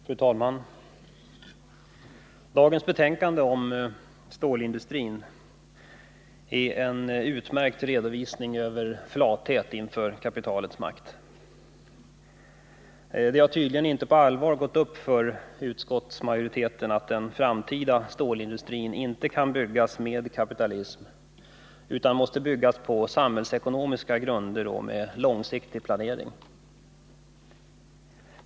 Fru talman! Dagens betänkande om stålindustrin är en utmärkt redovisning över flathet inför kapitalets makt. Det har tydligen inte på allvar gått upp för utskottsmajoriteten att den framtida stålindustrin inte kan byggas med kapitalism utan måste byggas på samhällsekonomiska grunder och med långsiktig planering.